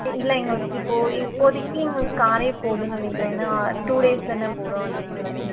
இல்லை எங்களுக்கு இப்போது இப்போதைக்கு எங்களுக்கு காரே போதுமென்னு நினைக்கிறேன் ஏன்னால் டூ டேஸ் தானே போகிறோம் அதனால